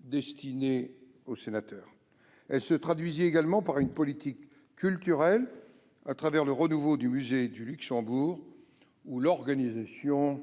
destinés aux sénateurs. Elle se traduisit également par une politique culturelle, à travers le renouveau du Musée du Luxembourg ou l'organisation